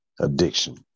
Addiction